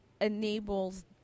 enables